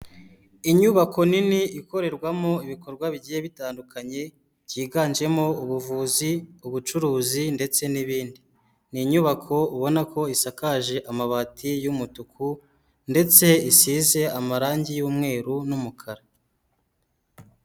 Inyubako nini ikorerwamo ibikorwa bigiye bitandukanye byiganjemo, ubuvuzi, ubucuruzi ndetse n'ibindi, ni inyubako ubona ko isakaje amabati y'umutuku, ndetse isize amarangi y'umweru n'umukara.